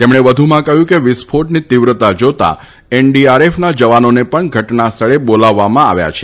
તેમણે વધુમાં કહ્યું કે વિસ્ફોટની તીવ્રતા જાતાં એનડીઆરએફના જવાનોને પણ ઘટનાસ્થળે બોલાવવામાં આવ્યા છે